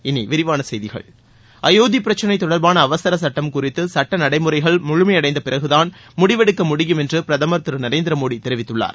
இனி விரிவான செய்திகள் அயோத்தி பிரச்சினை தொடர்பான அவசர சுட்டம் குறித்து சுட்ட நடைமுறைகள் முழுமையடைந்த பிறகுதான் முடிவு எடுக்க முடியும் என்றுபிரதமர் திரு நரேந்திர மோடி தெரிவித்துள்ளார்